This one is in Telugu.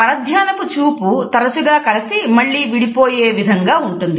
పరధ్యానపు చూపు తరచుగా కలసి మళ్లీ విడిపోయే విధంగా ఉంటుంది